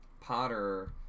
Potter